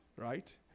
Right